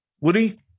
Woody